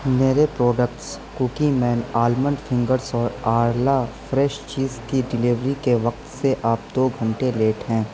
میرے products Cookie Man almond fingers اور Arla fresh cheese کی ڈلیوری کے وقت سے آپ دو گھنٹے لیٹ ہیں